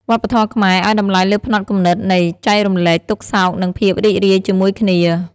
វប្បធម៌ខ្មែរឲ្យតម្លៃលើផ្នត់គំនិតនៃ«ចែករំលែកទុក្ខសោកនិងភាពរីករាយជាមួយគ្នា»។